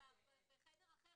------ אם קובעים